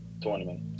tournament